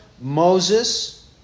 Moses